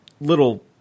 little